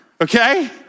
okay